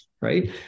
right